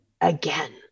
again